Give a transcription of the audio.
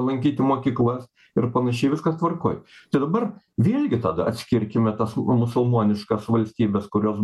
lankyti mokyklas ir panašiai viskas tvarkoj čia dabar vėlgi tada atskirkime tas musulmoniškas valstybes kurios